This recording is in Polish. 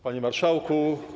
Panie Marszałku!